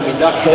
ומאידך,